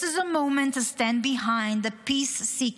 "This is a moment to stand behind the peace-seeking